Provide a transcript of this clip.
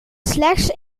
slechts